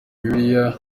bibiliya